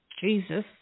Jesus